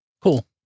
cool